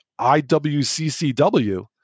IWCCW